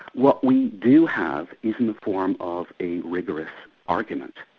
what we do have is in the form of a rigorous argument.